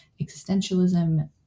existentialism